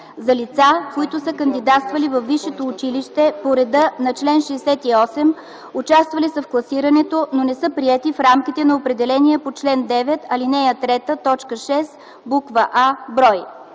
за лица, които са кандидатствали във висшето училище по реда на чл. 68, участвали са в класирането, но не са приети в рамките на определения по чл. 9, ал. 3, т. 6, буква „а” брой.